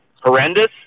horrendous